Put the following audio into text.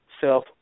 self